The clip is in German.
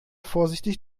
vorsichtig